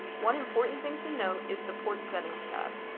one important thing to note is the port settings tab.